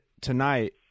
tonight